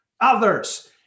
others